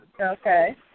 Okay